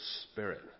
spirit